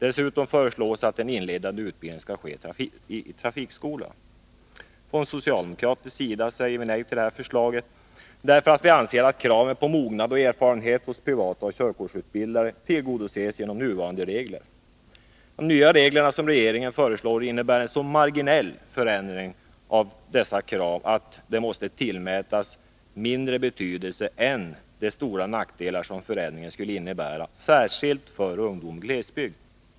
Dessutom föreslås att den inledande utbildningen skall ske i trafikskola. Från socialdemokratisk sida säger vi nej till det förslaget, därför att vi anser att kraven på mognad och erfarenhet hos privata körkortsutbildare tillgodoses genom nuvarande regler. De nya regler som regeringen föreslår innebär en så marginell förändring av dessa krav att de måste tillmätas mindre betydelse än de stora nackdelar som förändringen skulle innebära, särskilt för ungdom i glesbygd.